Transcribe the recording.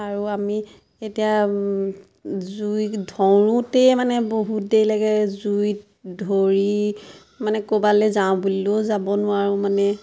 আৰু আমি এতিয়া জুই ধৰোঁতে মানে বহুত দেৰি লাগে জুইত ধৰি মানে ক'বালে যাওঁ বুলিলেও যাব নোৱাৰোঁ মানে